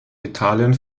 italien